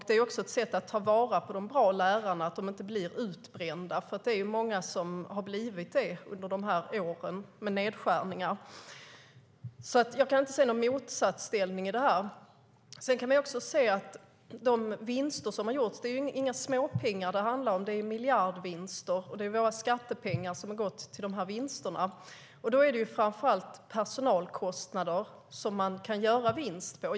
Det är också ett sätt att ta vara på de bra lärarna, så att de inte blir utbrända. Det är många som har blivit det under dessa år av nedskärningar. Jag ser alltså ingen motsatsställning där.De vinster som har gjorts är inga småpengar. Det är miljardvinster, och det är våra skattepengar som går till dessa vinster. Då är det framför allt personalkostnader som man kan göra vinst på.